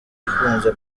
ikunze